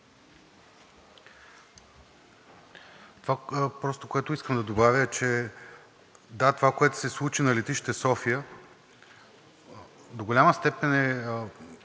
Това, което искам да добавя, е, че да, това, което се случи на летище София, до голяма степен е